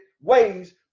ways